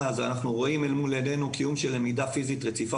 אנחנו רואים אל מול עינינו קיום של למידה פיזית רצופה